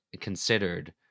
considered